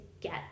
get